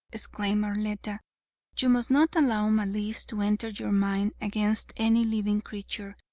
exclaimed arletta, you must not allow malice to enter your mind against any living creature,